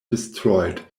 destroyed